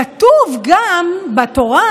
כתוב בתורה